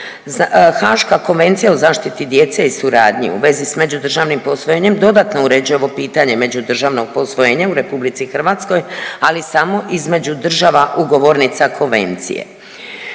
Haška konvencija o zaštiti djece i suradnji u vezi s međudržavnim posvojenjem dodatno uređuje ovo pitanje međudržavnog posvojenja u RH, ali samo između država ugovornica Konvencije.